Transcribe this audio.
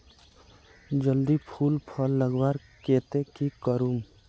जल्दी फूल फल लगवार केते की करूम?